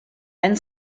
and